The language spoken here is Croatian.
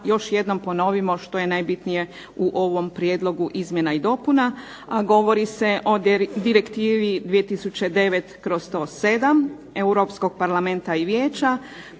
još jednom ponovimo što je najbitnije u ovom prijedlogu izmjena i dopuna, a govori se o Direktivi 2009/107 Europskog parlamenta i vijeća